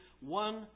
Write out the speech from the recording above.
one